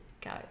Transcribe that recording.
go